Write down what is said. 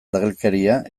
ergelkeria